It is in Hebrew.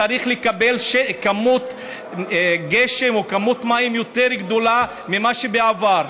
נחל צריך לקבל כמות גשם או כמות מים יותר גדולה מאשר בעבר.